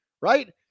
right